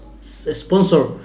sponsor